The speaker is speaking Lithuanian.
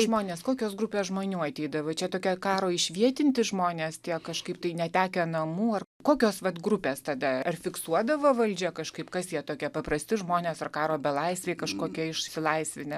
žmonės kokios grupės žmonių ateidavo čia tokie karo išvietinti žmonės tie kažkaip tai netekę namų ar kokios vat grupės tada ar fiksuodavo valdžia kažkaip kas jie tokie paprasti žmonės ar karo belaisviai kažkokie išsilaisvinę